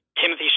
Timothy